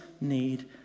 need